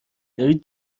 داری